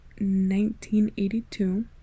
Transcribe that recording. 1982